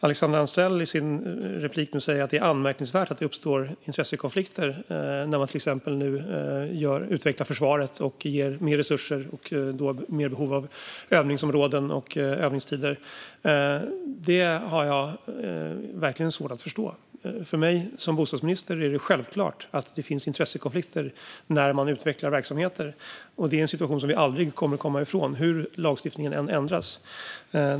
Alexandra Anstrell säger i sitt inlägg att det är anmärkningsvärt att det uppstår intressekonflikter när man till exempel nu utvecklar försvaret, ger mer resurser och då är i mer behov av övningsområden och övningstider. Det har jag verkligen svårt att förstå. För mig som bostadsminister är det självklart att det finns intressekonflikter när man utvecklar verksamheter. Det är en situation som vi aldrig kommer att komma ifrån, hur lagstiftningen än ändras.